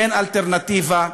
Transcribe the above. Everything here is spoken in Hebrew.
אין אלטרנטיבה,